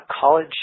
college